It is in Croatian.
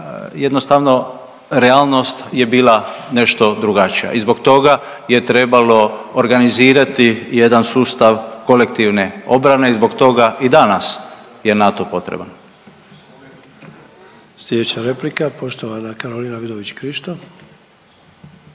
jednostavno realnost je bila nešto drugačija. I zbog toga je trebalo organizirati jedan sustav kolektivne obrane, zbog toga i danas je NATO potreban. **Sanader, Ante (HDZ)** Slijedeća replika poštovana Karolina Vidović Krišto.